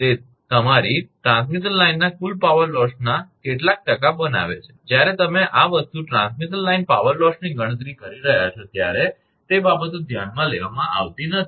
તે તમારી ટ્રાન્સમિશન લાઇનના કુલ પાવર લોસના કેટલાક ટકા બનાવે છે જ્યારે તમે આ વસ્તુ ટ્રાન્સમિશન લાઇન પાવર લોસની ગણતરી કરી રહ્યા છો ત્યારે તે બાબતો ધ્યાનમાં લેવામાં આવતી નથી